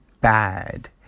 bad